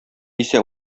исә